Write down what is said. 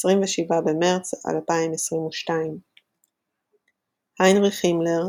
27 במרץ 2022 הינריך הימלר,